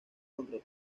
contra